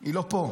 היא לא פה,